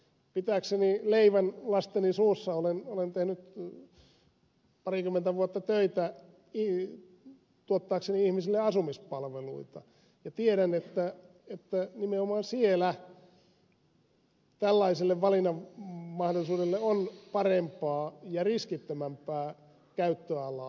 pitääkseni leivän lasteni suussa olen tehnyt parikymmentä vuotta töitä tuottaakseni ihmisille asumispalveluita ja tiedän että nimenomaan siellä tällaiselle valinnanmahdollisuudelle on parempaa ja riskittömämpää käyttöalaa